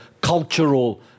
cultural